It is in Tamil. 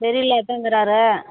சரி இல்லாதது தான் இருக்கிறாரு